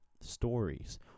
stories